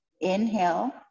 inhale